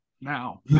now